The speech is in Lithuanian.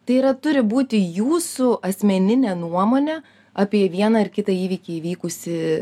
tai yra turi būti jūsų asmeninė nuomonė apie vieną ar kitą įvykį įvykusį